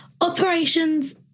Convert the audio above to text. operations